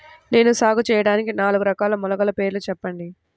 నేను సాగు చేయటానికి నాలుగు రకాల మొలకల పేర్లు చెప్పండి?